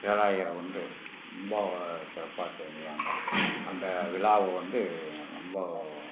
பேராயர் வந்து ரொம்ப சிறப்பாக செய்வாங்க அந்த விழாவ வந்து ரொம்ப